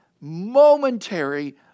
momentary